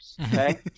Okay